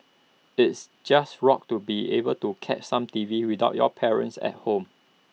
is just rocked to be able to catch some T V without your parents at home